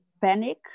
panic